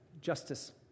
justice